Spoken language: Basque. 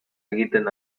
egiten